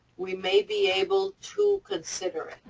we may be able to consider it.